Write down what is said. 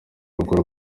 rugura